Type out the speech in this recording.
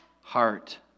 heart